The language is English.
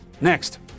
Next